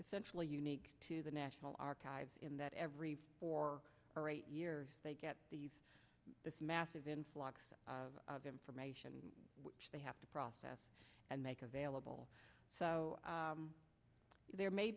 essentially unique to the national archives in that every four or eight years they get these massive influx of information which they have to process and make available so there may